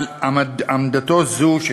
על עמדתו זו של